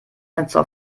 fenster